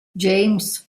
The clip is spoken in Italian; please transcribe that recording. james